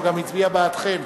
הוא גם הצביע בעדכם.